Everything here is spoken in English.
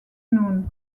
noon